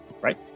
right